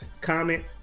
comment